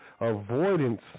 Avoidance